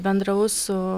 bendravau su